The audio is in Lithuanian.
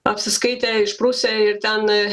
apsiskaitę išprusę ir ten